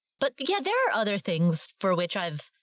but yeah, there are other things for which i've.